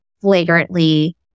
flagrantly